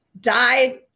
died